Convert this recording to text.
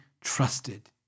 trusted